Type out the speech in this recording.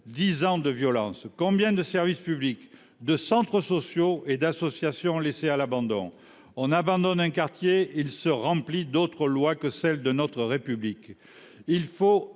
Dix ans de violence ! Combien de services publics, de centres sociaux et d’associations laissés à l’abandon ? Quand on abandonne un quartier, il se remplit d’autres lois que celles de notre République. Il faut